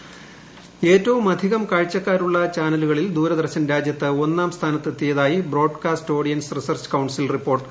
ദൂരദർശൻ ഏറ്റവുമധികം കാഴ്ചക്കാരുള്ള ചാനലുകളിൽ ദൂരദർശൻ രാജ്യത്ത് ഒന്നാം സ്ഥാനത്തെത്തിയതായി broadcast audience research council report